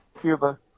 Cuba